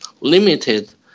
limited